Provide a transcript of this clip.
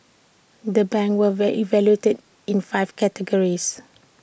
the banks were evaluated in five categories